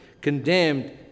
condemned